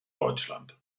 deutschland